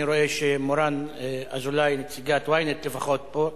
אני רואה שמורן אזולאי, נציגת Ynet, לפחות פה.